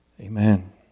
Amen